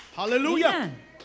hallelujah